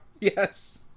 yes